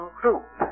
group